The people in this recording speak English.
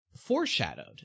foreshadowed